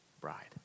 bride